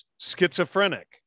schizophrenic